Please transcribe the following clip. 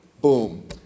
Boom